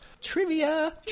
Trivia